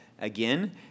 Again